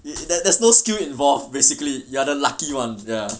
eh there there there's no skill involved basically you are the lucky one